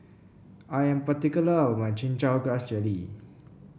I am particular about my Chin Chow Grass Jelly